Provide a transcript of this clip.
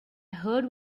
heard